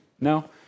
No